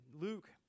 Luke